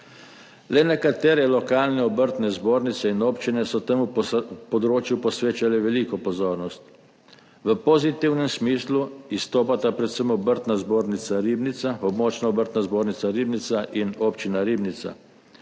Le nekatere lokalne obrtne zbornice in občine so temu področju posvečale veliko pozornost. V pozitivnem smislu izstopata predvsem Območna obrtno-podjetniška zbornica Ribnica in občina Ribnica,